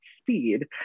speed